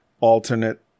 alternate